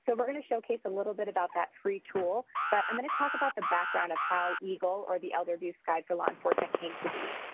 we're going to showcase a little bit about that free tool but i'm going to talk about the background of how eagle or the elder abuse guide for law enforcement came to be.